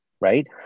right